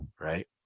Right